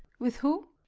with who?